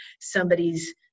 somebody's